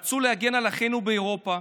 רצו להגן על אחינו באירופה,